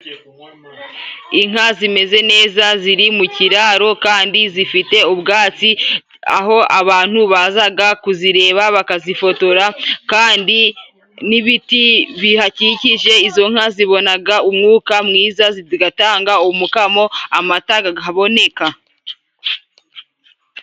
Inka zimeze neza ziri mu kiraro kandi zifite ubwatsi aho abantu bazaga kuzireba bakazifotora kandi n'ibiti bihakikije izo nka zibonaga umwuka mwiza zigatanga umukamo amata gakaboneka.